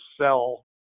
sell